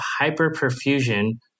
hyperperfusion